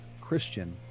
christian